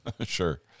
Sure